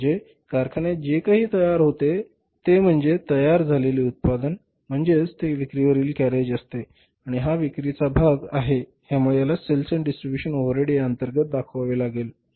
म्हणजेच कारखान्यात जे काही तयार होते ते म्हणजे तयार झालेले उत्पादन म्हणजेच ते विक्रीवरील कॅरेज असते आणि हा विक्रीचा भाग आहे त्यामुळे याला सेल्स अँड डिस्ट्रीब्यूशन ओव्हरहेड याअंतर्गत दाखवावे लागेल